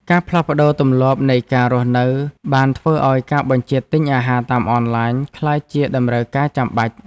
ការផ្លាស់ប្តូរទម្លាប់នៃការរស់នៅបានធ្វើឱ្យការបញ្ជាទិញអាហារតាមអនឡាញក្លាយជាតម្រូវការចាំបាច់។